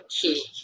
key